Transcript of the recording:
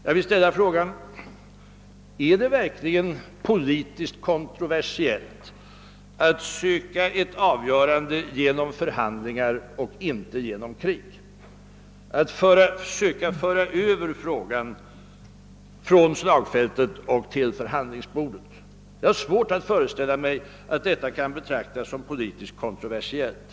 Jag vill ställa frågan, om det verkligen är politiskt kontroversiellt att söka ett avgörande genom förhandlingar och inte genom krig, d.v.s. att söka föra över uppgörelsen från slagfältet till förhandlingsbordet. Jag har svårt att föreställa mig att detta kan betraktas som politiskt kontroversiellt.